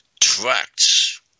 tracts